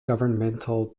governmental